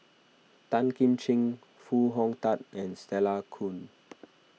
Tan Kim Ching Foo Hong Tatt and Stella Kon